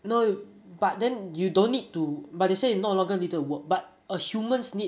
no but then you don't need to but they say no longer needed to work but uh humans need